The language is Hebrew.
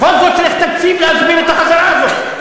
בכל זאת, צריך תקציב להסביר את החזרה הזאת.